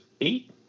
eight